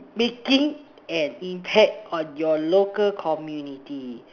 making an impact on your local community